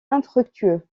infructueux